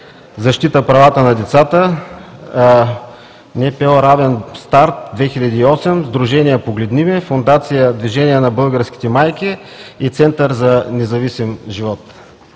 „Защита правата на децата“, НПО „Равен старт“, 2008, Сдружение „Погледни ме!“, фондация „Движение на българските майки“ и Център за независим живот.